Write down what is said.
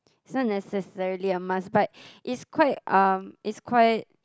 it's not necessarily a must but it's quite um it's quite